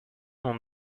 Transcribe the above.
ont